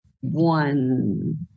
one